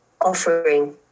offering